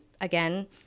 again